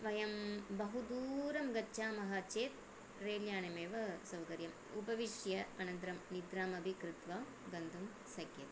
वयं बहु दूरं गच्छामः चेत् रेल्यानमेव सौकर्यम् उपविश्य अनन्तरं निद्रामपि कृत्वा गन्तुं शक्यते